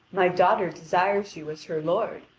my daughter desires you as her lord,